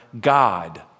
God